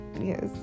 Yes